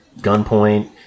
gunpoint